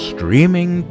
Streaming